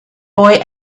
boy